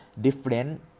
different